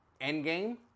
Endgame